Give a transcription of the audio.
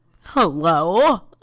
Hello